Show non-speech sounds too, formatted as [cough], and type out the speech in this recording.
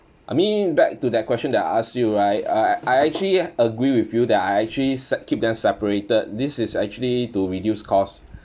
I mean back to that question that I asked you right uh I I actually agree with you that I actually se~ keep them separated this is actually to reduce costs [breath]